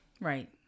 right